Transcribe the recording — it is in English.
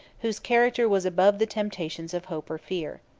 whose character was above the temptations of hope or fear.